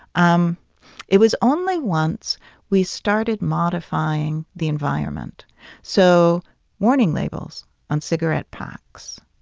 um it was only once we started modifying the environment so warning labels on cigarette packs,